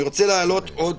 אני רוצה להעלות עוד